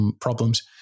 problems